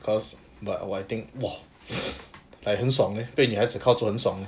cause but I think !wah! like 很爽 leh 被女孩子靠是很爽 leh